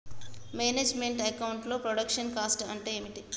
Manage meant account లో production cost అంటే ఏమిటి?